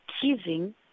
teasing